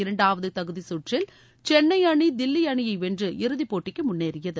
இரண்டாவது தகுதி தகற்றில் சென்னை அணி தில்லி அணியை வென்று இறுதி போட்டிக்கு முன்னேறியது